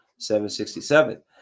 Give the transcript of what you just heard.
767